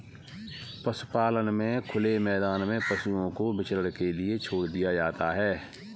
पशुपालन में खुले मैदान में पशुओं को विचरण के लिए छोड़ दिया जाता है